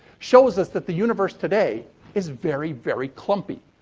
shows us that the universe today is very, very clumpy.